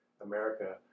America